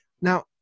now